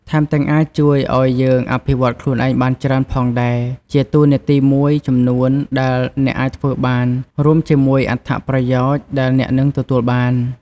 ថែមទាំងអាចជួយឱ្យយើងអភិវឌ្ឍខ្លួនឯងបានច្រើនផងដែរ ជាតួនាទីមួយចំនួនដែលអ្នកអាចធ្វើបាន រួមជាមួយអត្ថប្រយោជន៍ដែលអ្នកនឹងទទួលបាន។